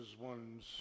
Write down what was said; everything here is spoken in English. ones